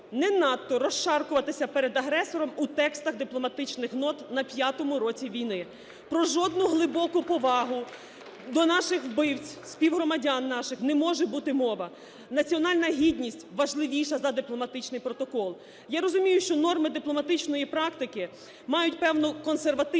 не надто розшаркуватися перед агресором у текстах дипломатичних нот на п'ятому році війни. Про жодну глибоку повагу до наших вбивць співгромадян наших не може бути мова. Національна гідність важливіша за дипломатичний протокол. Я розумію, що норми дипломатичної практики мають певну консервативність